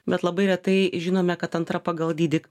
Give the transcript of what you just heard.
bet labai retai žinome kad antra pagal dydį